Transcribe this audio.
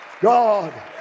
God